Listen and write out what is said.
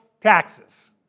taxes